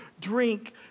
drink